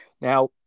Now